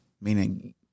meaning